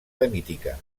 eremítica